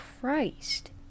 Christ